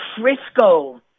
Frisco